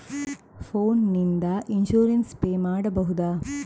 Phone ನಿಂದ insurance pay ಮಾಡಬಹುದ?